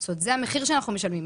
זה המחיר שאנחנו משלמים,